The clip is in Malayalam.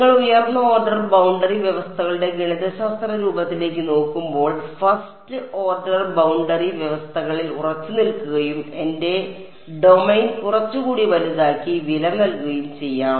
നിങ്ങൾ ഉയർന്ന ഓർഡർ ബൌണ്ടറി വ്യവസ്ഥകളുടെ ഗണിതശാസ്ത്ര രൂപത്തിലേക്ക് നോക്കുമ്പോൾ 1st ഓർഡർ ബൌണ്ടറി വ്യവസ്ഥകളിൽ ഉറച്ചുനിൽക്കുകയും എന്റെ ഡൊമെയ്ൻ കുറച്ചുകൂടി വലുതാക്കി വില നൽകുകയും ചെയ്യാം